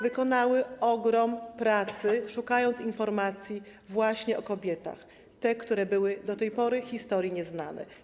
Wykonały ogrom pracy, szukając informacji właśnie o kobietach, które były do tej pory historii nieznane.